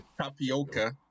tapioca